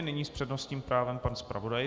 Nyní s přednostním právem pan zpravodaj.